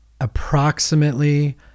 approximately